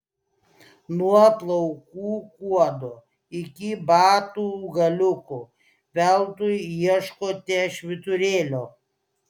nuo plaukų kuodo iki batų galiukų veltui ieškote švyturėlio